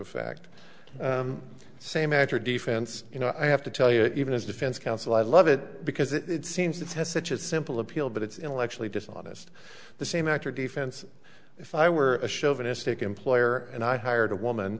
of fact it's a matter defense you know i have to tell you even as a defense counsel i love it because it seems that has such a simple appeal but it's intellectually dishonest the same actor defense if i were a chauvinist employer and i hired a woman